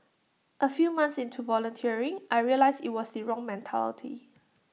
A few months into volunteering I realised IT was the wrong mentality